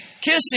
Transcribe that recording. kissing